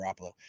Garoppolo